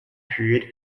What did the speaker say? period